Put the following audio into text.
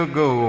go